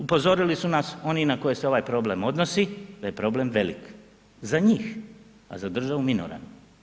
Upozorili su nas oni na koje se ovaj problem odnosi da je problem velik za njih, a za državu minoran.